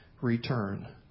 return